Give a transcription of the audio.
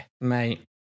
Mate